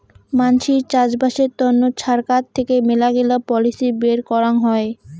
মানসির চাষবাসের তন্ন ছরকার থেকে মেলাগিলা পলিসি বের করাং হই